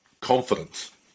confidence